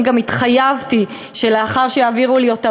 אני גם התחייבתי שלאחר שיעבירו לי אותה